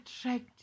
attract